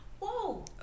Whoa